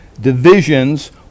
divisions